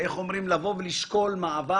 משכנתאות ובדיקה של מיזוג מזרחי איגוד.